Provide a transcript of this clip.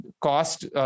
cost